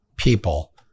people